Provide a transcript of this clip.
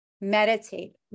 meditate